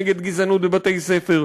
נגד גזענות בבתי-ספר,